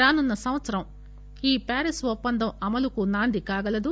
రానున్న సంవత్సరం ఈ ప్యారిస్ ఒప్పందం అమలుకు నాంది కాగలదు